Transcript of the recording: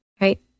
Right